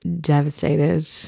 devastated